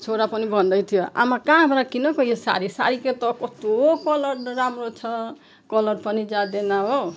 छोरा पनि भन्दैथियो आमा कहाँबाट किनेको यो साडी साडीके त कस्तो कलर राम्रो छ कलर पनि जाँदैन हो